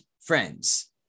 friends